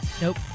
Nope